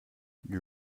you